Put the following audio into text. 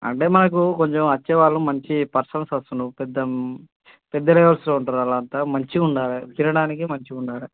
అంటే మాకూ కొంచెం వచ్చేవాళ్ళూ మంచీ పర్సన్స్ వస్తున్నారు పెద్ద పెద్దలే వస్తూ ఉంటారు వాళ్ళంతా మంచిగా ఉండాలి తినడానికి మంచిగా ఉండాలి